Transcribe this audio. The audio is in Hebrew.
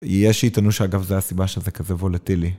יש שייטענו שאגב זה הסיבה שזה כזה וולטילי.